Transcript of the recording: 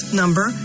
number